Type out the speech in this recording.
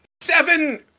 seven